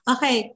Okay